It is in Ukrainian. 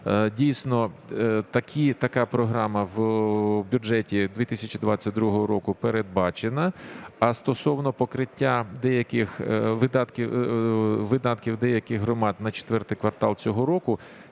Дійсно, така програма в бюджеті 2022 року передбачена. А стосовно покриття видатків деяких громад на IV квартал цього року,